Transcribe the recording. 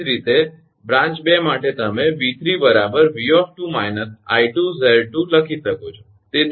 એ જ રીતે બ્રાંચ 2 માટે તમે 𝑉 𝑉 − 𝐼𝑍 લખી શકો છો